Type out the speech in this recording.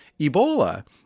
Ebola